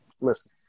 Listen